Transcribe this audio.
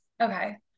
Okay